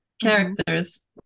characters